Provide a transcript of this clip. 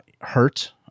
hurt